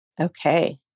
Okay